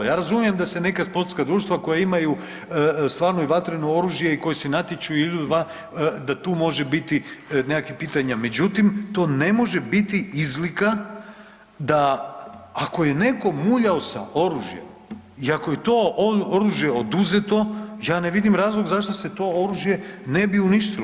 Ja razumijem da se neka sportska društva koja imaju i vatreno oružje i koji se natječu ili … da tu može biti nekakvih pitanja, međutim to ne može biti izlika da ako je neko muljao sa oružjem i ako je to oružje oduzeto, ja ne vidim razlog zašto se to oružje ne bi uništilo.